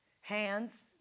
Hands